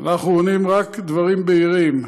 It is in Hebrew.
אנחנו עונים רק דברים בהירים,